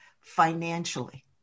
financially